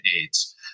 Aids